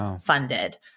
funded